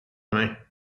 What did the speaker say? mig